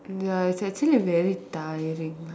ya it's actually very tiring